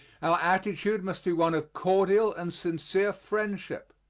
our attitude must be one of cordial and sincere friendship.